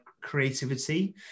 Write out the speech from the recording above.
creativity